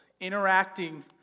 interacting